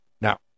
Now